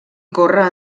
corre